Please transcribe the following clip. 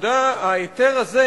שההיתר הזה